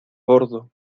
bordo